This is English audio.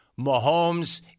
Mahomes